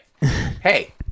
Hey